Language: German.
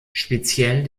speziell